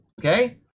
Okay